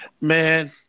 Man